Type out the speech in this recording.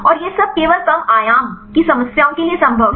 और यह सब केवल कम आयाम की समस्याओं के लिए संभव है